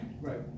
Right